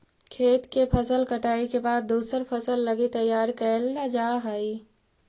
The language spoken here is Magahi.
खेत के फसल कटाई के बाद दूसर फसल लगी तैयार कैल जा हइ